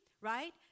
right